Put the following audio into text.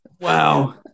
wow